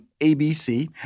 ABC